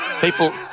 people